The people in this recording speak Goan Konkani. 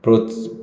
प्रोत्स